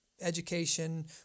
Education